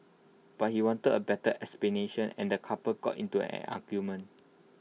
but he wanted A better explanation and the couple got into an argument